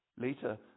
later